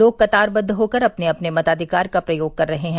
लोग कतारबद्व होकर अपने अपने मताधिकार का प्रयोग कर रहे हैं